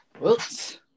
Whoops